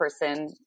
person